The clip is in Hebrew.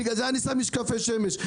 בגלל זה אני שם משקפי שמש.